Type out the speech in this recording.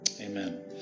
Amen